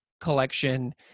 collection